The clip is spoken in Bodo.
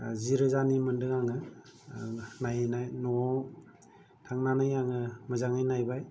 जि रोजानि मोनदों आङो लायना न'आव थांनानै आङो मोजांङै नायबाय